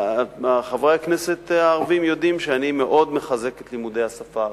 חברי הכנסת הערבים יודעים שאני מאוד מחזק את לימודי השפה הערבית.